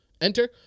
Enter